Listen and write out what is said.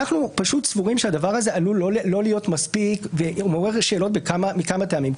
אנחנו סבורים שהדבר הזה עלול לא להיות מספיק ומעורר שאלות מכמה טעמים.